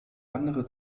andere